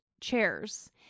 chairs